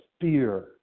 fear